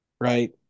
right